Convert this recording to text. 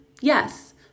Yes